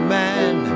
man